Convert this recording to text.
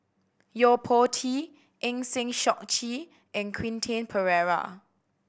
Yo Po Tee Eng Lee Seok Chee and Quentin Pereira